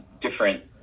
different